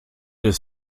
des